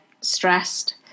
stressed